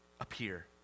appear